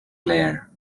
glare